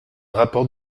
rapport